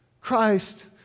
Christ